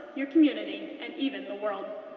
your community, and even the world.